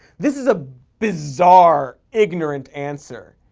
this is a bizarre, ignorant answer.